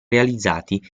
realizzati